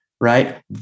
right